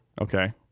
okay